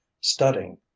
studying